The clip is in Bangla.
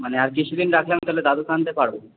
মানে আর কিছুদিন রাখলে আমি তাহলে দাদু্কে আনতে পারব